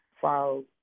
file